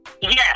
Yes